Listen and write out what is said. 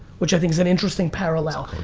which i think is an interesting parallel,